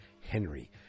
Henry